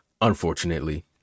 Unfortunately